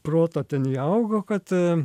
protą ten įaugo kad